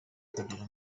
kugira